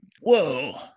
Whoa